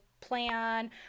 plan